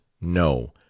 No